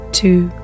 two